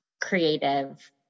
creative